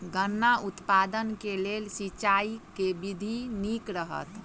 गन्ना उत्पादन केँ लेल सिंचाईक केँ विधि नीक रहत?